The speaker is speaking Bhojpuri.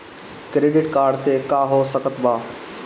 क्रेडिट कार्ड से का हो सकइत बा?